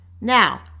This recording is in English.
Now